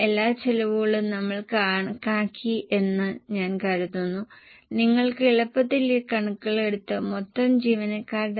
അതിനാൽ നിങ്ങൾ ഹരിക്കുമ്പോൾ നിങ്ങൾ 100 കൊണ്ട് ഗുണിക്കേണ്ടിവരും അതിനാൽ നിങ്ങൾക്ക് ഒരു മെട്രിക് ടൺ വില 4087 എന്ന് ലഭിക്കും